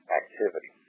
activity